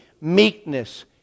meekness